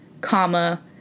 Comma